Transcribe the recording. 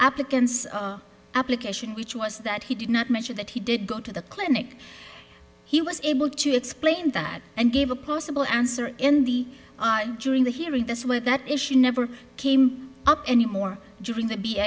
applicant's application which was that he did not measure that he did go to the clinic he was able to explain that and gave a possible answer in the during the hearing this were that issue never came up any more during th